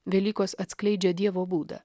velykos atskleidžia dievo būdą